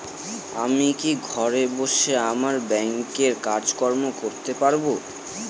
আমি কি ঘরে বসে আমার ব্যাংকের কাজকর্ম করতে পারব?